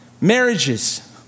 marriages